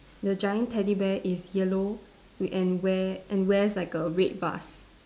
the giant teddy bear is yellow w~ and wear and wears like a red vest